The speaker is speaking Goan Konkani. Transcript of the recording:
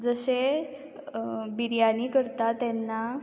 जशेंच बिरयानी करता तेन्ना